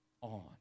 on